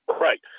right